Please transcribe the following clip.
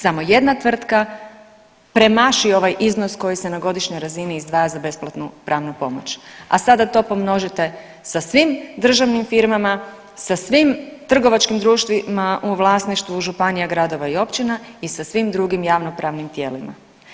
Samo jedna tvrtka premaši ovaj iznos koji se na godišnjoj razini izdvaja za besplatnu pravnu pomoć, a sada to pomnožite sa svim državnim firmama, sa svim trgovačkim društvima u vlasništvu županija, gradova i općina i sa svim drugim javno-pravnim tijelima.